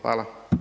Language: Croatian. Hvala.